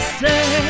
say